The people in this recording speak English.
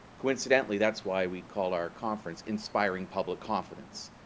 coincidentally, that's why we call our conference inspiring public confidence,